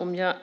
Fru talman!